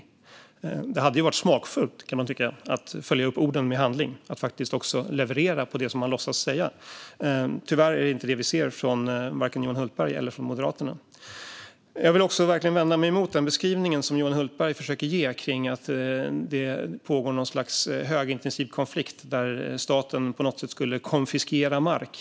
Man kan tycka att det hade varit smakfullt att följa upp orden med handling, att faktiskt leverera på det de låtsas säga. Tyvärr är det inte vad vi ser från varken Johan Hultberg eller Moderaterna. Jag vill verkligen vända mig emot den beskrivning som Johan Hultberg försöker ge av att det pågår någon sorts högintensiv konflikt där staten skulle konfiskera mark.